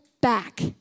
back